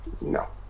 No